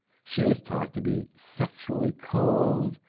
she is taught to be sexually cold,